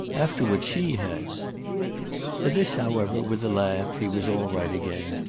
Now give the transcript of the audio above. after what she has. at this, however, with a laugh, he was all right again.